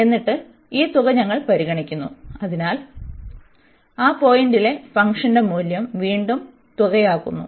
എന്നിട്ട് ഈ തുക ഞങ്ങൾ പരിഗണിക്കുന്നു അതിനാൽ ആ പോയിന്റിലെ ഫംഗ്ഷന്റെ മൂല്യം വീണ്ടും തുകയാക്കുന്നു